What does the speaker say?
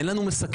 אין לנו מסכם.